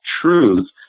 truth